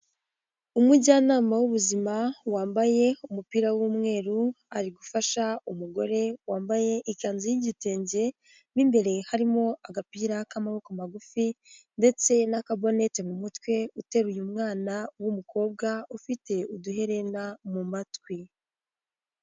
Umujyanama w'ubuzima wambaye umupira w'umweru ari gufasha umugore wambaye ikanzu y'igitenge n'imbere harimo agapira k'amaboko magufi ndetse n'akaboneti mu mutwe uteruye umwana w'umukobwa ufite uduherena mu matwi.